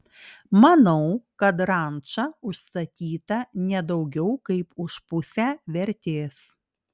manau kad ranča užstatyta ne daugiau kaip už pusę vertės